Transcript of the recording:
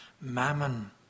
mammon